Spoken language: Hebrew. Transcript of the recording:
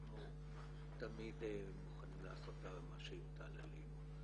אנחנו תמיד מוכנים לעשות מה שיוטל עלינו.